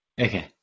Okay